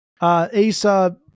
Asa